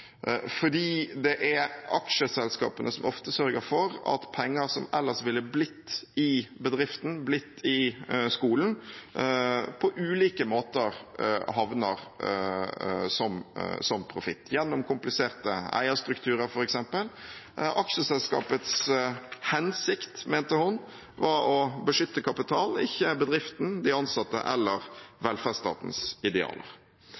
fordi det er aksjeselskapene som ofte sørger for at penger som ellers ville blitt i bedriften, blitt i skolen, på ulike måter havner som profitt, f.eks. gjennom kompliserte eierstrukturer. Aksjeselskapets hensikt, mente hun, var å beskytte kapital og ikke bedriften, de ansatte eller velferdsstatens idealer.